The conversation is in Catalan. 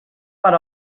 per